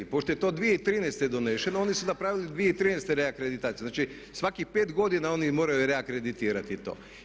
Pošto je to 2013. doneseno oni su napravili 2013. reakreditaciju, znači svakih 5 godina oni moraju reakreditirati to.